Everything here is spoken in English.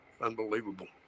unbelievable